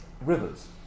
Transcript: Rivers